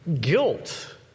Guilt